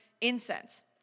incense